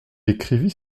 écrivit